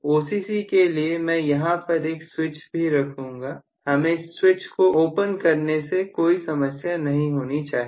OCC के लिए मैं यहां पर एक स्विच भी रखूंगा हमें इस स्विच को ओपन करने में कोई समस्या नहीं होनी चाहिए